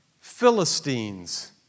Philistines